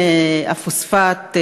הפוספט,